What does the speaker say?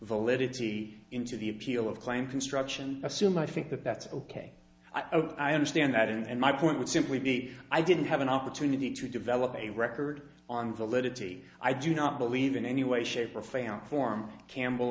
validity into the appeal of claim construction assume i think that that's ok i understand that and my point would simply be i didn't have an opportunity to develop a record on validity i do not believe in any way shape or family form campbell